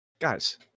Guys